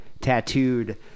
tattooed